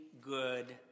good